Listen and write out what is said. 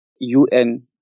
UN